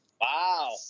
Wow